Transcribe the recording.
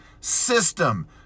system